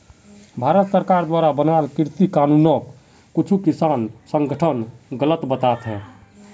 भारत सरकार द्वारा बनाल कृषि कानूनोक कुछु किसान संघठन गलत बताहा